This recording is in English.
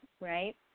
right